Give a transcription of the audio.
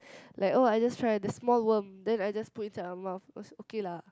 like oh I just tried the small worm then I just put inside my mouth it was okay lah